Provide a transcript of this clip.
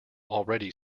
already